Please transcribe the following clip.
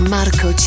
Marco